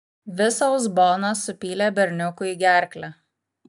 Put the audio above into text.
visą uzboną supylė berniukui į gerklę